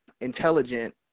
intelligent